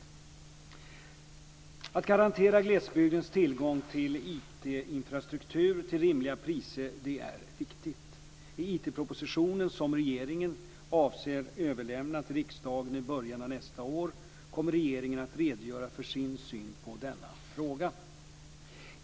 Att garantera glesbygden tillgång till IT infrastruktur till rimliga priser är viktigt. I IT propositionen som regeringen avser att överlämna till riksdagen i början av nästa år kommer regeringen att redogöra för sin syn på denna fråga.